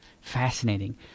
Fascinating